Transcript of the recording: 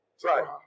try